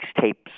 tapes